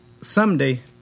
Someday